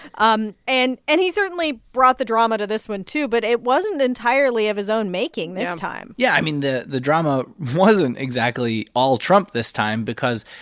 um and and he certainly brought the drama to this one, too. but it wasn't entirely of his own making this time yeah. i mean, the the drama wasn't exactly all trump this time because,